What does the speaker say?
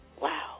Wow